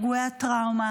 פגועי הטראומה,